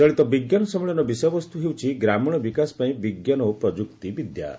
ଚଳିତ ବିଜ୍ଞାନ ସମ୍ମିଳନୀର ବିଷୟବସ୍ତୁ ହେଉଛି 'ଗ୍ରାମୀଣ ବିକାଶ ପାଇଁ ବିଜ୍ଞାନ ଓ ପ୍ରଯୁକ୍ତି ବିଦ୍ୟା'